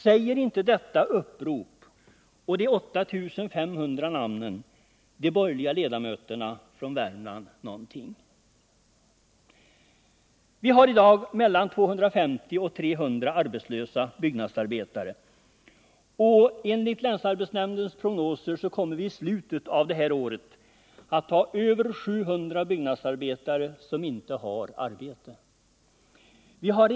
Säger inte detta upprop och de 8500 namnen de borgerliga ledamöterna i Värmland någonting? Vi har i dag mellan 250 och 300 arbetslösa byggnadsarbetare, och enligt länsarbetsnämndens prognoser kommer över 700 byggnadsarbetare att i slutet av året sakna arbete.